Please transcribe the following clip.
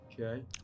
Okay